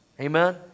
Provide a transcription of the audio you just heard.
Amen